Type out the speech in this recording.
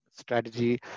strategy